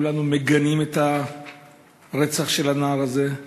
כולנו מגנים את הרצח של הנער הזה.